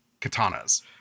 katanas